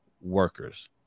workers